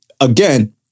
again